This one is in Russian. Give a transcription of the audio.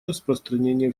распространения